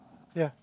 ya